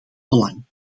belang